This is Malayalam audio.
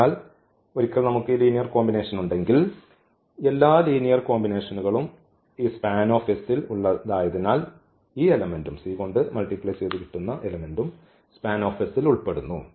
അതിനാൽ ഒരിക്കൽ നമുക്ക് ഈ ലീനിയർ കോമ്പിനേഷൻ ഉണ്ടെങ്കിൽ എല്ലാ ലീനിയർ കോമ്പിനേഷനുകളും ഈ സ്പാൻ ൽ ഉള്ളതായതിനാൽ ഈ എലെമെന്റും SPAN ൽ ഉൾപ്പെടുന്നു